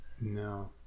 No